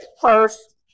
first